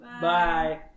Bye